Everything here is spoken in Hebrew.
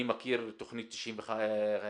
אני מכיר את תוכנית 959